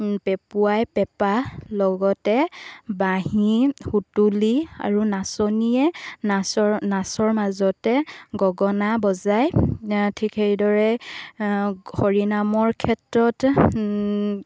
পেঁপুৱাই পেঁপা লগতে বাঁহী সুতুলি আৰু নাচনিয়ে নাচৰ নাচৰ মাজতে গগনা বজায় ঠিক সেইদৰে হৰিনামৰ ক্ষেত্ৰত